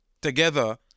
together